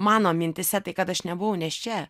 mano mintyse tai kad aš nebuvau nėščia